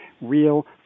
real